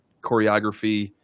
choreography